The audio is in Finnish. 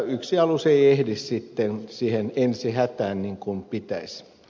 yksi alus ei ehdi sitten siihen ensi hätään niin kuin pitäisi